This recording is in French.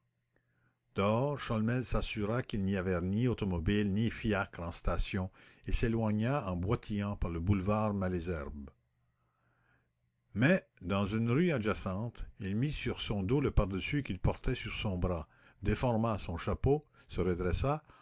sholmès s'assura qu'il n'y avait ni automobile ni fiacre en station et s'éloigna en boitillant par le boulevard malesherbes mais dans une rue adjacente il mit sur son dos le pardessus qu'il portait sur son bras déforma son chapeau se redressa